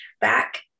back